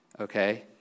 okay